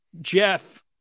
Jeff